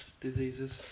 Diseases